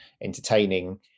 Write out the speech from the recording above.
entertaining